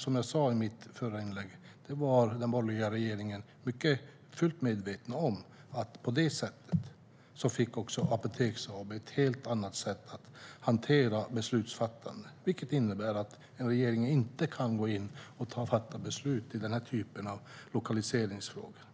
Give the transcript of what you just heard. Som jag sa i mitt förra inlägg var den borgerliga regeringen fullt medveten om att Apoteket AB på detta sätt fick ett helt annat sätt att hantera beslutsfattande, vilket innebär att en regering inte kan gå in och fatta beslut i denna typ av lokaliseringsfrågor.